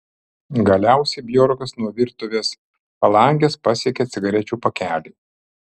galiausiai bjorkas nuo virtuvės palangės pasiekė cigarečių pakelį